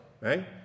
right